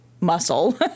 muscle